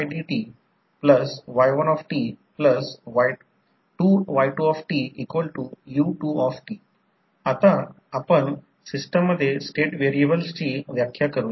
म्हणून आता हे इक्विवलेंट सर्किट प्रत्यक्षात आपण पाहिले आहे की वरून पुढे जाऊ शकतो परंतु जे काही तोंडाने सांगितले ते फक्त ऐका याबद्दलचे लिखाण तेथे आहे